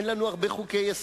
אין לנו הרבה חוקי-יסוד,